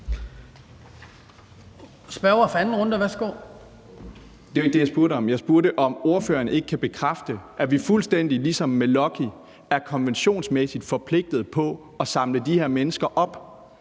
Værsgo. Kl. 09:54 Mikkel Bjørn (DF): Det var ikke det, jeg spurgte om. Jeg spurgte om, om ordføreren ikke kan bekræfte, at vi fuldstændig ligesom med Lucky er konventionsmæssigt forpligtet til at samle de her mennesker op,